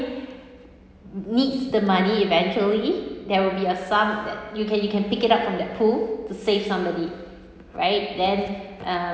needs the money eventually there will be a sum that you can you can pick it up from that pool to save somebody right then uh